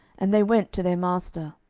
and they went to their master.